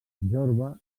jorba